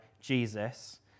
Jesus